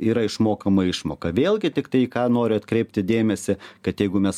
yra išmokama išmoka vėlgi tiktai į ką noriu atkreipti dėmesį kad jeigu mes